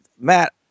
Matt